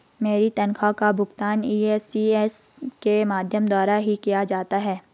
मेरी तनख्वाह का भुगतान भी इ.सी.एस के माध्यम द्वारा ही किया जाता है